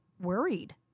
worried